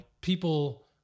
people